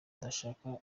adashaka